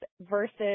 versus